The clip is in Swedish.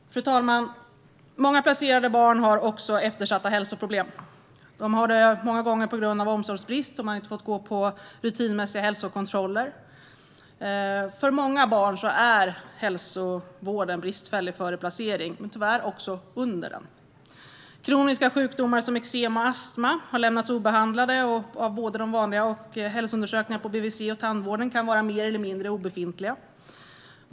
Fru talman! Många placerade barn har också eftersatt hälsa. De har det många gånger på grund av omsorgsbrist. De har inte fått gå på rutinmässiga hälsokontroller. För många barn är hälsovården bristfällig före placering och tyvärr också under placeringen. Kroniska sjukdomar som eksem och astma har lämnats obehandlade, och hälsoundersökningar hos BVC och tandvården kan vara mer eller mindre obefintliga.